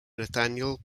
nathaniel